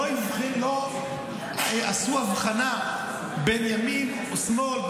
הם לא עשו הבחנה בין ימין ושמאל,